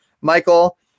Michael